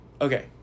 Okay